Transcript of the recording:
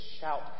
shout